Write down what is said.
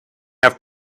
have